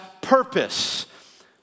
purpose